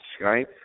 Skype